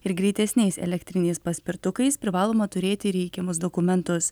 ir greitesniais elektriniais paspirtukais privaloma turėti reikiamus dokumentus